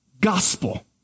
gospel